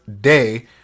Day